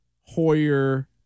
Hoyer